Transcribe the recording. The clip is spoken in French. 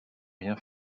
rien